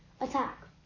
Attack